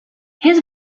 his